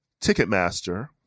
Ticketmaster